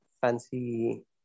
fancy